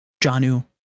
Janu